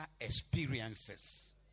experiences